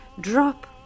Drop